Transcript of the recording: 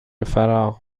فراق